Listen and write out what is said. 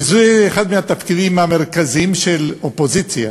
וזה אחד מהתפקידים המרכזיים של אופוזיציה